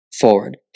forward